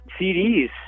cds